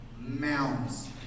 mounds